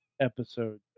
episode